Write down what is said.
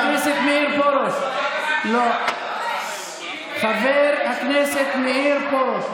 חבר הכנסת מאיר פרוש, חבר הכנסת מאיר פרוש.